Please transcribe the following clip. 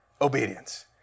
obedience